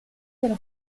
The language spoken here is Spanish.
del